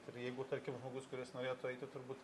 ir jeigu tarkim žmogus kuris norėtų eiti turbūt